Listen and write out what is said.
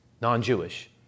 non-Jewish